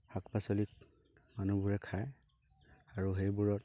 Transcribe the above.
শাক পাচলিক মানুহবোৰে খাই আৰু সেইবোৰত